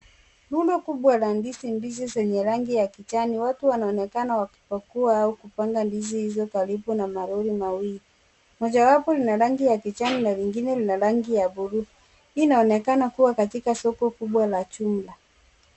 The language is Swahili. Rundo kubwa la ndizi. Ndizi zenye rangi ya kijani. Watu wanaonekana kupakua au kupanda ndizi hizo karibu na malori mawili. Mojawapo ni la rangi ya kijani na lingine lina rangi ya bluu. Hili inaonekana kuwa katika soko kubwa la jumla.